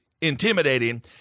intimidating